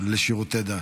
לשירותי דת.